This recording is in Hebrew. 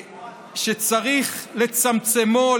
שצריך לצמצמו,